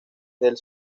del